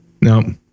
No